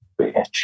Bitch